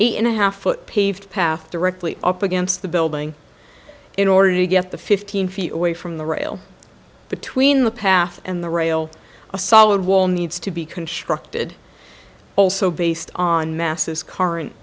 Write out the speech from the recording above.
eight and a half foot paved path directly up against the building in order to get the fifteen feet away from the rail between the path and the rail a solid wall needs to be constructed also based on masses current